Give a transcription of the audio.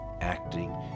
acting